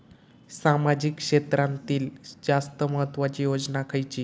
सामाजिक क्षेत्रांतील जास्त महत्त्वाची योजना खयची?